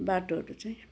बाटोहरू चाहिँ